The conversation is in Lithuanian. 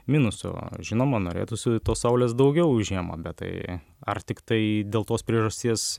minusų žinoma norėtųsi tos saulės daugiau žiemą bet tai ar tiktai dėl tos priežasties